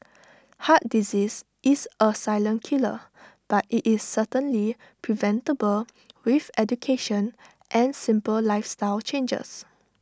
heart disease is A silent killer but IT is certainly preventable with education and simple lifestyle changes